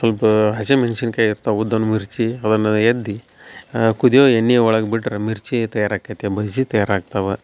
ಸ್ವಲ್ಪ ಹಸಿಮೆಣ್ಶಿನ್ಕಾಯಿ ಇರ್ತವು ಉದ್ದನ ಮಿರ್ಚಿ ಅದನ್ನ ಅದ್ದಿ ಕುದಿವೋ ಎಣ್ಣಿ ಒಳಗ ಬಿಟ್ರ ಮಿರ್ಚಿ ತಯಾರು ಆಕ್ಯೆತೆ ಬಜ್ಜಿ ತಯಾರು ಆಗ್ತವ